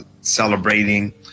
celebrating